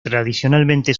tradicionalmente